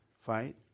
fight